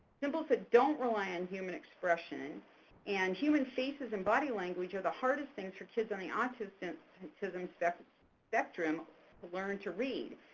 symbols that don't rely on human expression and human faces and body language are the hardest things for kids on the autism autism spectrum spectrum to learn to read.